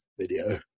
video